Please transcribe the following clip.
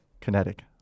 kinetic